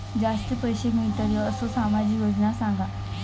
जास्ती पैशे मिळतील असो सामाजिक योजना सांगा?